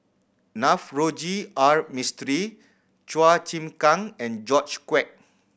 Navroji R Mistri Chua Chim Kang and George Quek